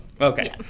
Okay